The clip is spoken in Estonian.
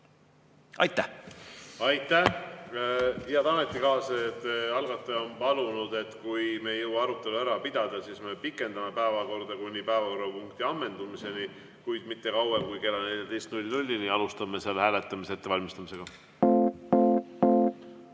Aitäh! Aitäh! Head ametikaaslased, algataja on palunud, et kui me ei jõua arutelu ära pidada, siis me pikendame päevakorda kuni päevakorrapunkti ammendumiseni, kuid mitte kauem kui kella 14‑ni. Alustame selle hääletamise ettevalmistamist.